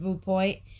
point